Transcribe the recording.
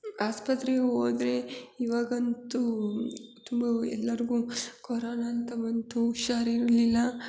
ಆಸ್ಪತ್ರಿಗೆ ಹೋದ್ರೆ ಇವಾಗಂತೂ ತುಂಬ ಎಲ್ಲರ್ಗೂ ಕೊರೊನ ಅಂತ ಬಂತು ಹುಷಾರಿರ್ಲಿಲ್ಲ